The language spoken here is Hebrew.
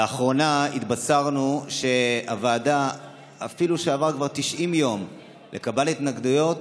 לאחרונה התבשרנו שאפילו שכבר עברו 90 יום לקבלת התנגדויות,